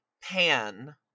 Pan